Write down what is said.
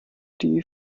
die